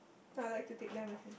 I'll like to take them with me